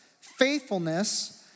faithfulness